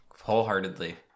wholeheartedly